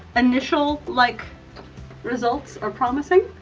initial like results are promising,